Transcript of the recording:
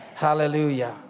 Hallelujah